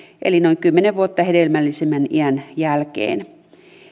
eli noin kymmenen vuotta hedelmällisimmän iän jälkeen